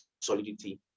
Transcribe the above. solidity